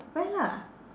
wear lah